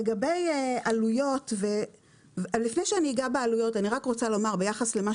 לפני שאגע בעלויות אני רוצה לומר ביחס למה